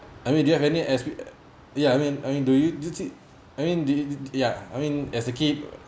I mean if you have any ex~ ya I mean I mean do you I mean do you ya I mean as a kid